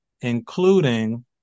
including